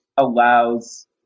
allows